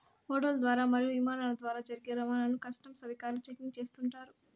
ఓడల ద్వారా మరియు ఇమానాల ద్వారా జరిగే రవాణాను కస్టమ్స్ అధికారులు చెకింగ్ చేస్తుంటారు